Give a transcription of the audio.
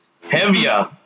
Heavier